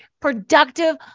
productive